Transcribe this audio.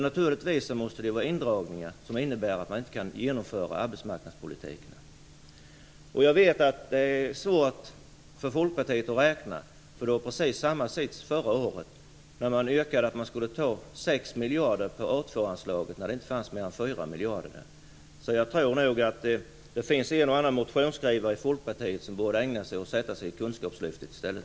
Naturligtvis måste det handla om indragningar som innebär att man inte kan genomföra arbetsmarknadspolitiken. Jag vet att folkpartiet har svårigheter med att räkna. Det var nämligen på precis samma sätt förra året, då man yrkade att man skulle ta 6 miljarder från A 2 anslaget, trots att det inte fanns mer än 4 miljarder där. Så jag tror nog att det finns en och annan motionsskrivare i folkpartiet som borde sätta sig i kunskapslyftet i stället.